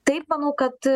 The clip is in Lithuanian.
taip manau kad